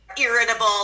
irritable